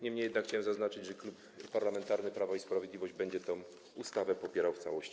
Niemniej chciałem zaznaczyć, że Klub Parlamentarny Prawo i Sprawiedliwość będzie tę ustawę popierał w całości.